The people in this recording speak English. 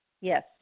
yes